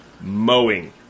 mowing